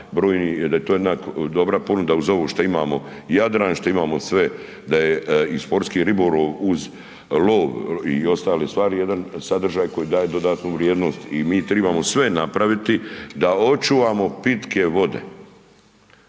da je to jedna dobra ponuda uz ovu što imamo Jadran, što imamo sve da je i sportski ribolov uz lov i ostale stvari, jedan sadržaj koji daje dodatnu vrijednost i mi trebamo sve napraviti da očuvamo pitke vode.